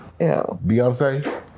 Beyonce